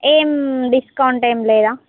ఏం డిస్కౌంట్ ఏం లేదా